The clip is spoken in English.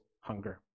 hunger